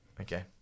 Okay